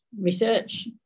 research